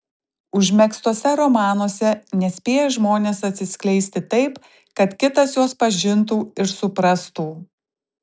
užmegztuose romanuose nespėja žmonės atsiskleisti taip kad kitas juos pažintų ir suprastų